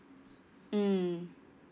mm